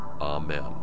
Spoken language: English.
Amen